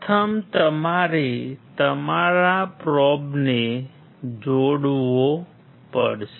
પ્રથમ તમારે તમારા પ્રોબને જોડવો પડશે